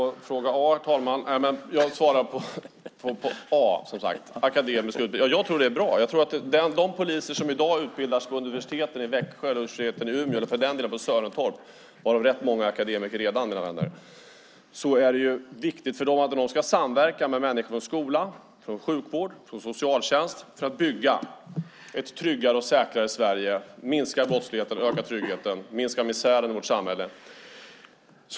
Herr talman! På fråga A är svaret att jag tror att akademisk utbildning är bra. Jag tror att det är viktigt för de poliser som i dag utbildas på universiteten i Växjö och Umeå, eller för den delen ute på Sörentorp - redan rätt många akademiker, mina vänner. De ska samverka med människor inom skola, sjukvård och socialtjänst för att bygga ett tryggare och säkrare Sverige, minska brottsligheten, öka tryggheten och minska misären i vårt samhälle.